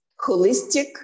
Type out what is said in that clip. holistic